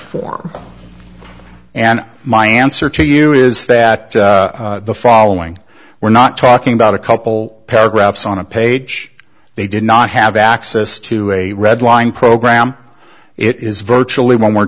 four and my answer to you is that the following we're not talking about a couple paragraphs on a page they did not have access to a red line program it is virtually when we're